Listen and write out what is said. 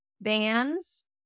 bands